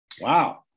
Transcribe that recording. wow